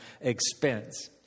expense